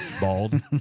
bald